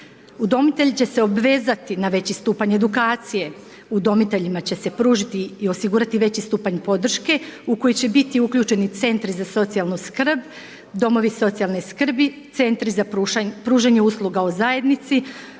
Udomitelj će se obvezati na veći stupanj edukacije, udomiteljima će se pružiti i osigurati veći stupanj podrške u koji će biti uključeni centri za socijalnu skrb, domovi socijalne skrbi, centri za pružanje usluga u zajednici,